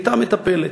הייתה מטפלת,